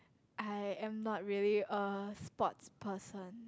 I am not really a sports person